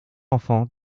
enfant